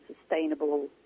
sustainable